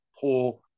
poor